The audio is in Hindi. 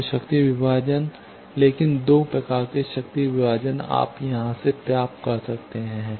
तो शक्ति विभाजन लेकिन 2 प्रकार के शक्ति विभाजन आप यहां से प्राप्त कर सकते हैं